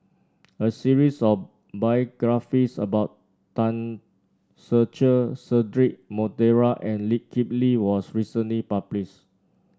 a series of biographies about Tan Ser Cher Cedric Monteiro and Lee Kip Lee was recently published